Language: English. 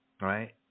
right